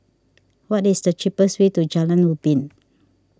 what is the cheapest way to Jalan Ubin